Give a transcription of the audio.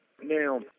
Now